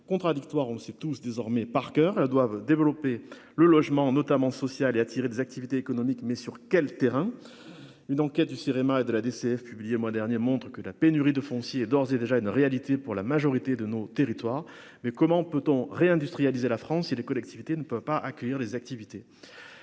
contradictoires, on le sait, touchent désormais par coeur là doivent développer le logement notamment social et a tiré des activités économiques mais sur quel terrain, une enquête du cinéma et de la DC. Publié le mois dernier, montre que la pénurie de foncier d'ores et déjà une réalité pour la majorité de nos territoires, mais comment peut-on réindustrialiser la France et les collectivités ne peuvent pas accueillir des activités